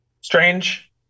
strange